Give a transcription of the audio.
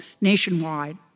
nationwide